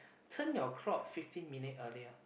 turn your clock fifteen minute earlier